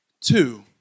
Two